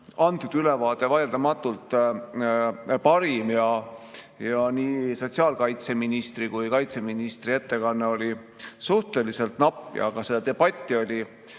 see ülevaade vaieldamatult parim. Nii sotsiaalkaitseministri kui ka kaitseministri ettekanne oli suhteliselt napp ja ka debatti oli